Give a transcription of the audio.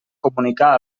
comunicar